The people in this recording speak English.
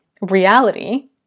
reality